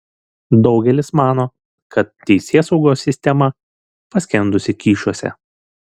daugelis mano kad teisėsaugos sistema paskendusi kyšiuose